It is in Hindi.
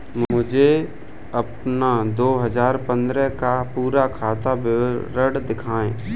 मुझे अपना दो हजार पन्द्रह का पूरा खाता विवरण दिखाएँ?